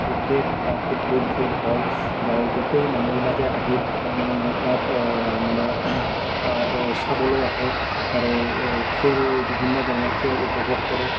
cricket বা football খেল হয় গাঁৱৰ গোটেই মানুহবিলাকে আহি ইয়াত মানে চাবলৈ আহে আৰু খেল বিভিন্ন ধৰণৰ খেল উপভোগ কৰে